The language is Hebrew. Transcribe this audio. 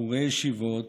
בחורי ישיבות